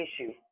issue